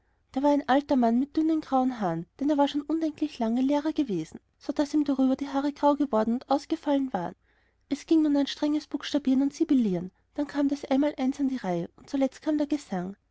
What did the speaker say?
der war ein alter mann mit dünnen grauen haaren denn er war schon undenklich lang lehrer gewesen so daß ihm darüber die haare grau geworden und ausgefallen waren es ging nun an ein strenges buchstabieren und syllabieren dann kam das einmaleins an die reihe und zuletzt kam der gesang